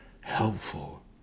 Helpful